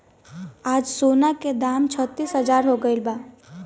आज सोना के दाम छत्तीस हजार हो गइल बा